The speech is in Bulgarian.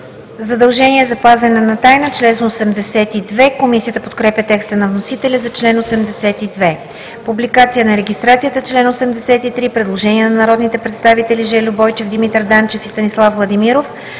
„Задължения за пазене на тайна – член 82“. Комисията подкрепя текста на вносителя за чл. 82. „Публикация на регистрацията – член 83“. Предложение на народните представители Жельо Бойчев, Димитър Данчев и Станислав Владимиров: